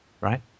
right